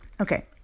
Okay